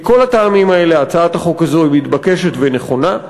מכל הטעמים האלה, הצעת החוק הזאת מתבקשת ונכונה.